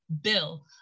Bill